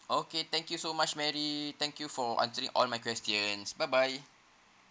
okay thank you so much mary thank you for answering all my questions bye bye